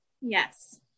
Yes